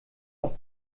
auch